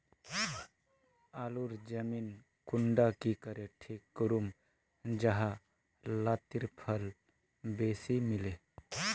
आलूर जमीन कुंडा की करे ठीक करूम जाहा लात्तिर फल बेसी मिले?